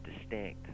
distinct